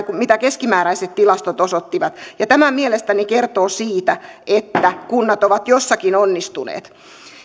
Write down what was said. kuin mitä keskimääräiset tilastot osoittivat tämä mielestäni kertoo siitä että kunnat ovat jossakin onnistuneet